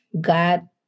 God